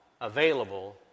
available